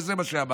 וזה מה שאמרתי,